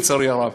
לצערי הרב,